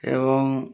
ଏବଂ